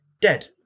dead